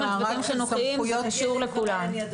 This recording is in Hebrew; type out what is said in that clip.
אני רק